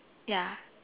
ya